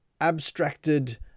abstracted